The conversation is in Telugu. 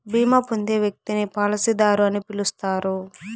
బీమా పొందే వ్యక్తిని పాలసీదారు అని పిలుస్తారు